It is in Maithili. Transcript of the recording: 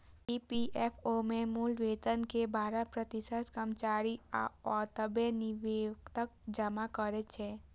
ई.पी.एफ.ओ मे मूल वेतन के बारह प्रतिशत कर्मचारी आ ओतबे नियोक्ता जमा करै छै